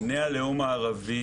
בני הלאום הערבי